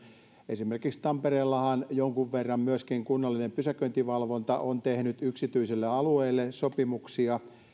esimerkiksi tampereellahan jonkun verran myöskin kunnallinen pysäköintivalvonta on tehnyt yksityisille alueille sopimuksia